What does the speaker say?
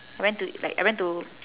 I went to like I went to